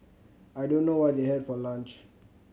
I don't know what they had for lunch